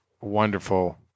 wonderful